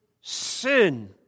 sin